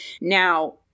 Now